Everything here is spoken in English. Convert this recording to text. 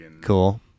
Cool